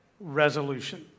resolution